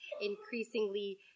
increasingly